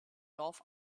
dorf